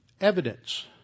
evidence